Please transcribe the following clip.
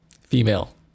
Female